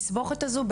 פתרתם את התסבוכת הזו,